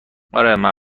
آره